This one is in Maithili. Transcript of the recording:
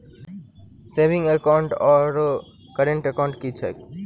सेविंग एकाउन्ट आओर करेन्ट एकाउन्ट की छैक?